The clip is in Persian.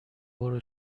برو